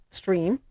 stream